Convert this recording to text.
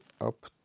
up